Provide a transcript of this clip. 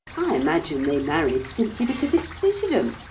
i imagine they married simply because it suited em.